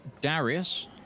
Darius